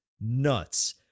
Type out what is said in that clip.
nuts